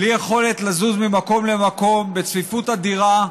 בלי יכולת לזוז ממקום למקום, בצפיפות אדירה,